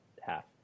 half